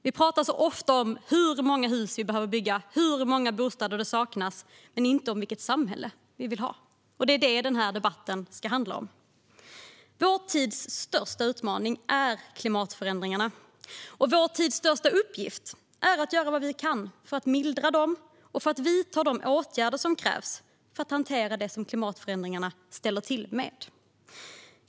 Vi talar ofta om hur många hus vi behöver bygga och hur många bostäder som saknas men inte om vilket samhälle vi vill ha, och det är det denna debatt ska handla om. Vår tids största utmaning är klimatförändringarna, och vår tids största uppgift är att göra vad vi kan för att mildra dem och att vidta de åtgärder som krävs för att hantera det som klimatförändringarna ställer till med.